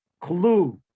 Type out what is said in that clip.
clue